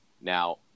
Now